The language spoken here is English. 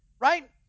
right